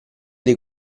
dei